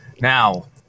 Now